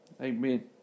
Amen